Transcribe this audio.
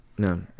No